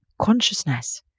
consciousness